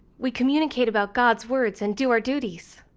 we'd communicate about god's words and do our duties.